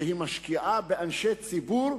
שהיא משקיעה בחקירת אנשי ציבור.